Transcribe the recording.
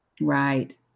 Right